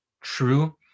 true